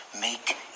make